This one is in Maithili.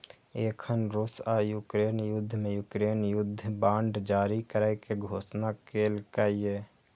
एखन रूस आ यूक्रेन युद्ध मे यूक्रेन युद्ध बांड जारी करै के घोषणा केलकैए